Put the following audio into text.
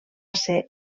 ser